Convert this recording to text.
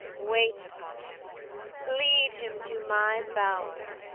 wait upon him lead him to my bower.